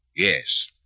Yes